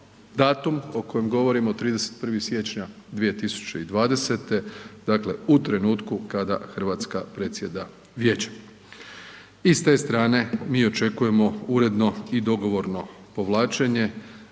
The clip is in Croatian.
datum o kojem govorimo 31. siječnja 2020., dakle u trenutku kada Hrvatska predsjedava vijećem i s te strane mi očekujemo uredno i dogovorno povlačenje